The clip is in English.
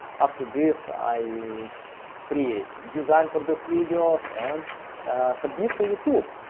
after this, i create design for this videos and submit to youtube.